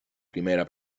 primera